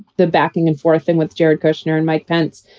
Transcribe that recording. the backing and forthing with jared kushner and mike pence.